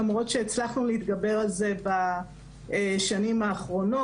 למרות שהצלחנו להתגבר על זה בשנים האחרונות,